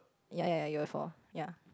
ya ya ya you will fall